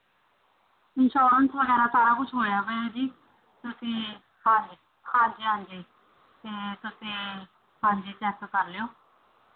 insurance ਵਗੈਰਾ ਸਾਰਾ ਕੁਛ ਹੋਇਆ ਹੋਇਆ ਜੀ ਤੁਸੀਂ ਹਾਂਜੀ ਹਾਂਜੀ ਹਾਂਜੀ ਅਤੇ ਤੁਸੀਂ ਹਾਂਜੀ ਚੈੱਕ ਕਰ ਲਿਉ